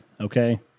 okay